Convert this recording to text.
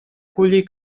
collir